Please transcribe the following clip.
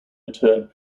return